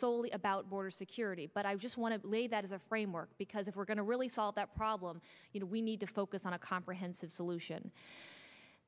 solely about border security but i just want to lay that as a framework because if we're going to really solve that problem you know we need to focus on a comprehensive solution